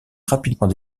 rapidement